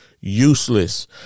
useless